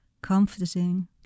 comforting